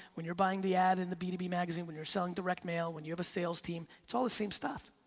when you're buying the ad in the b and b magazine, when you're selling direct mail, when you have a sales team, it's all the same stuff,